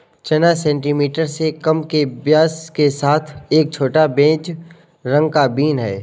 चना सेंटीमीटर से कम के व्यास के साथ एक छोटा, बेज रंग का बीन है